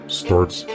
starts